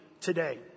today